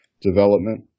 development